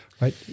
right